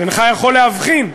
אינך יכול להבחין,